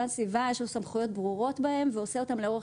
הסביבה יש בהם סמכויות ברורות והוא עושה אותם לאורך